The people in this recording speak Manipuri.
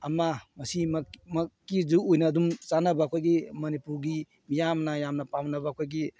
ꯑꯃ ꯃꯁꯤꯃꯛ ꯃꯛꯀꯤꯁꯨ ꯑꯣꯏꯅ ꯑꯗꯨꯝ ꯆꯥꯅꯕ ꯑꯩꯈꯣꯏꯒꯤ ꯃꯅꯤꯄꯨꯔꯒꯤ ꯃꯤꯌꯥꯝꯅ ꯌꯥꯝꯅ ꯄꯥꯝꯅꯕ ꯑꯩꯈꯣꯏꯒꯤ